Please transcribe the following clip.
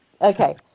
Okay